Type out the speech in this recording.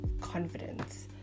confidence